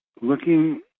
looking